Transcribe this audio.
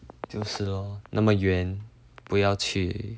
就是 lor 那么远不要去